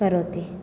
करोति